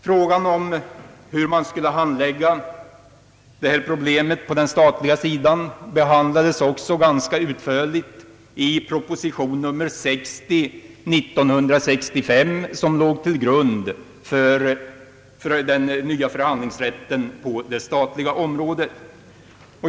Frågan om hur man skall handlägga detta problem på den statliga sidan diskuterades också ganska utförligt i proposition nr 60/1965, som låg till grund för den nya förhandlingsrätten på det statliga området.